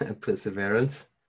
Perseverance